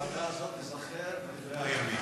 ההחלטה הזאת תיזכר בדברי הימים.